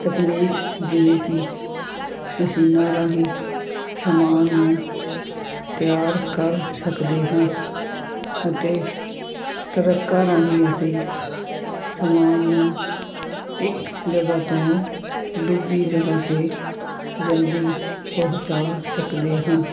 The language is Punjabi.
ਤਕਨੀਕ ਜਿਵੇਂ ਕੀ ਮਸ਼ੀਨਾਂ ਰਾਹੀਂ ਸਮਾਨ ਨੂੰ ਤਿਆਰ ਕਰ ਸਕਦੇ ਹਾਂ ਅਤੇ ਟਰੱਕਾਂ ਰਾਹੀਂ ਅਸੀਂ ਸਮਾਨ ਨੂੰ ਇੱਕ ਜਗ੍ਹਾ ਤੋਂ ਦੂਜੀ ਜਗ੍ਹਾ 'ਤੇ ਜਲਦੀ ਪਹੁੰਚਾ ਸਕਦੇ ਹਾਂ